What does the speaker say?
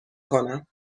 کنم